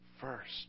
first